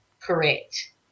Correct